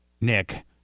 Nick